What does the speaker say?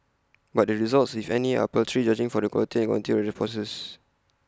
but the results if any are paltry judging from the quality and quantity of the responses